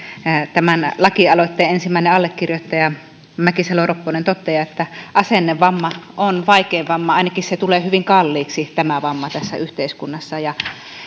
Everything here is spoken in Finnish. tämän lakialoitteen ensimmäinen allekirjoittaja mäkisalo ropponen toteaa että asennevamma on vaikein vamma ainakin se tulee hyvin kalliiksi tämä vamma tässä yhteiskunnassa itse taas